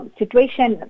situation